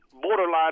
borderline